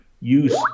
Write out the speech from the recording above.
use